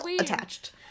attached